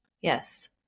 Yes